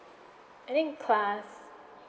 I think class